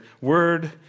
word